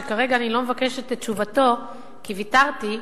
שכרגע אני לא מבקשת את תשובתו כי ויתרתי,